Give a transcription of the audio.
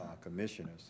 commissioners